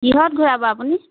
কিহত ঘূৰাব আপুনি